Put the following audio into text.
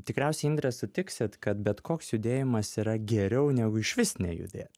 tikriausiai indre sutiksit kad bet koks judėjimas yra geriau negu išvis nejudėt